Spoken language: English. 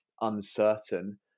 uncertain